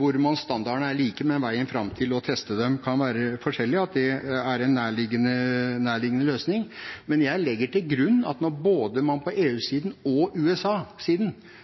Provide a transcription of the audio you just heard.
hvor standardene er like, men veien fram til å teste dem kan være forskjellig, er en nærliggende løsning. Men jeg legger til grunn at når man både på EU-siden og